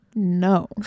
no